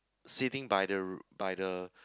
sitting by the by the